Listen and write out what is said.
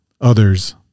others